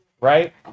right